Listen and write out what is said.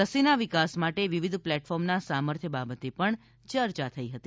રસીના વિકાસ માટે વિવિધ પ્લેટફોર્મના સામર્થ્ય બાબતે પણ ચર્ચા થઈ હતી